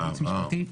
כייעוץ משפטי,